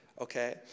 okay